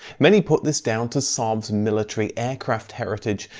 many put this down to saab's military aircraft heritage,